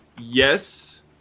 yes